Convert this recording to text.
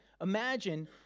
Imagine